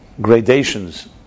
gradations